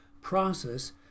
process